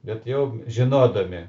bet jau žinodami